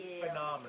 phenomenal